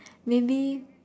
maybe